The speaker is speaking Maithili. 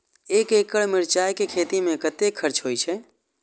एक एकड़ मिरचाय के खेती में कतेक खर्च होय छै?